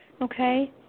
okay